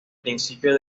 principio